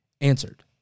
Answered